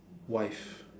wife